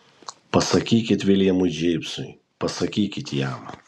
pasakykit viljamui džeimsui pasakykit jam